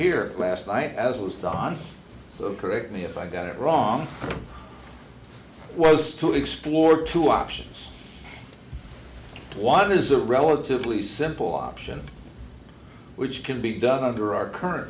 here last night as was done to correct me if i got it wrong was to explore two options one is a relatively simple option which can be done under our current